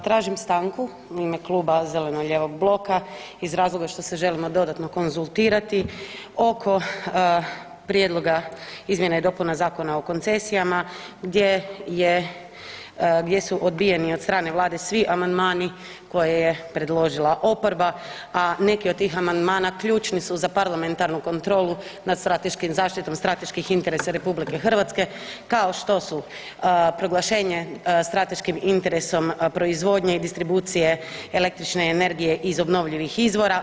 Tražim stanku u ime kluba zeleno-lijevog bloka iz razloga što se želimo dodatno konzultirati oko Prijedloga izmjene i dopuna Zakona o koncesijama gdje su odbijeni od strane Vlade svi amandmani koje je predložila oporba, a neki od tih amandmana ključni su za parlamentarnu kontrolu nad strateškom zaštitom strateških interesa RH kao što su proglašenje strateškim interesom proizvodnje i distribucije električne energije iz obnovljivih izvora.